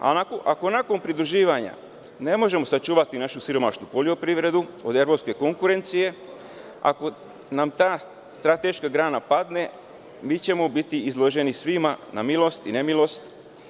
Ako nakon pridruživanja ne možemo sačuvati našu siromašnu poljoprivredu od evropske konkurencije, ako nam ta strateška grana padne, mi ćemo biti izloženi svima na milost i nemilost.